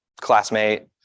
classmate